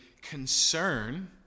concern